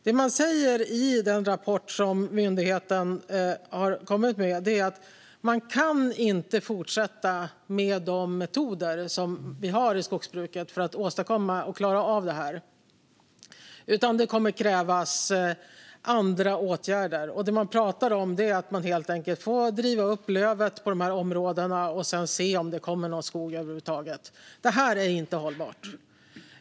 Det som sägs i den rapport som myndigheten har kommit med är att man inte kan fortsätta med de metoder som används i skogsbruket för att åstadkomma och klara av detta, utan det kommer att krävas andra åtgärder. Det som man pratar om är att man helt enkelt får driva upp löv i dessa områden för att se om det kommer någon skog över huvud taget. Detta är inte hållbart.